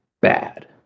bad